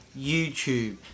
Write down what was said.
YouTube